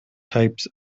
types